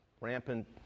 rampant